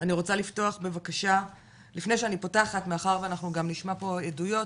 אני רוצה לפתוח בבקשה לפני שאני פותחת מאחר שנאנחו גם נשמע פה עדויות,